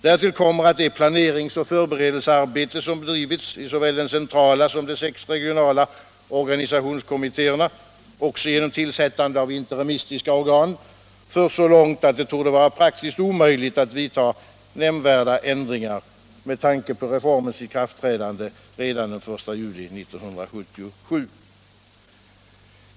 Därtill kommer att det planerings och förberedelsearbete som bedrivits i såväl den centrala organisationskommittén som de sex regionala organisationskommittéerna, också genom tillsättande av interimistiska organ, förts så långt att det torde vara praktiskt omöjligt att vidta nämnvärda ändringar med tanke på reformens ikraftträdande redan den 1 juli 1977.